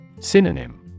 Synonym